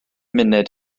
munud